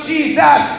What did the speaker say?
Jesus